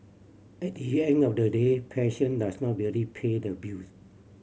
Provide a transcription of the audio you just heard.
at the end of the day passion does not really pay the bills